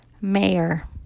Mayor